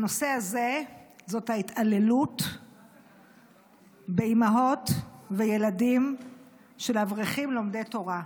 הנושא הזה זאת ההתעללות באימהות וילדים של אברכים לומדי תורה.